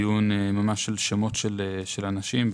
ציון של שמות של אנשים.